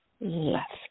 left